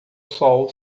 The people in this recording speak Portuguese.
sol